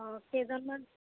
অঁ কেইজনমান